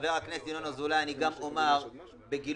חבר הכנסת ינון אזולאי אני גם אומר בגילוי